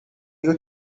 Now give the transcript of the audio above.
you